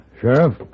Sheriff